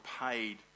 paid